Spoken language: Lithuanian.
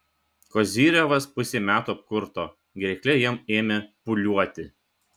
kozyrevas pusei metų apkurto gerklė jam ėmė pūliuoti